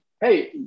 hey